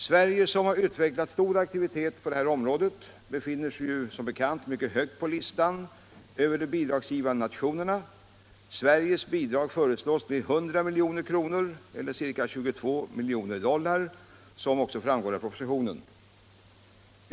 Sverige, som har utvecklat stor aktivitet på detta område, befinner sig som bekant mycket högt på listan över de bidragsgivande nationerna. Sveriges bidrag föreslås bli 100 milj.kr., eller ca 22 miljoner dotlar, som framgår av propositionen.